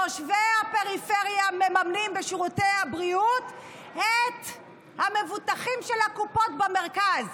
תושבי הפריפריה מממנים בשירותי הבריאות את המבוטחים של הקופות במרכז.